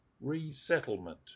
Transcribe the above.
Resettlement